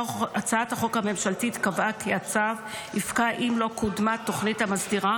הצעת החוק הממשלתית קבעה כי הצו יפקע אם לא קודמה תוכנית המסדירה